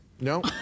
No